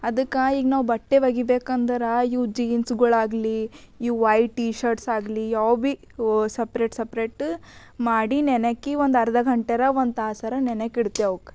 ಅದಕ್ಕೆ ಈಗ ನಾವು ಬಟ್ಟೆ ಒಗಿಬೇಕು ಅಂದ್ರೆ ಇವು ಜೀನ್ಸ್ಗಳಾಗಲಿ ಇವು ವಾಯ್ಟ್ ಟಿ ಶರ್ಟ್ಸ್ ಆಗಲಿ ಯಾವು ಭೀ ಸಪ್ರೇಟ್ ಸಪ್ರೇಟ್ ಮಾಡಿ ನೆನೆ ಹಾಕಿ ಒಂದು ಅರ್ಧ ಗಂಟೆಯಾರ ಒಂದು ತಾಸಾರ ನೆನೆಯೋಕೆ ಇಡ್ತೇವೆ ಅವ್ಕೆ